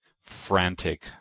frantic